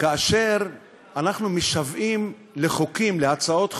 כאשר אנחנו משוועים לחוקים, להצעות חוק,